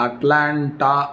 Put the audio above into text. atlanta